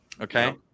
Okay